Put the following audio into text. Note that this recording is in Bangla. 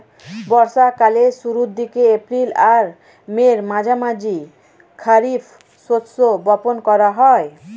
বর্ষা কালের শুরুর দিকে, এপ্রিল আর মের মাঝামাঝি খারিফ শস্য বপন করা হয়